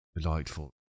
Delightful